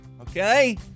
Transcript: Okay